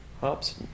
hops